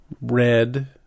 red